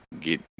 get